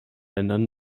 ländern